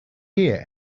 here